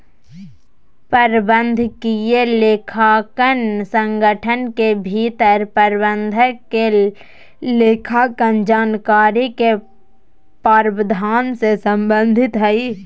प्रबंधकीय लेखांकन संगठन के भीतर प्रबंधक के लेखांकन जानकारी के प्रावधान से संबंधित हइ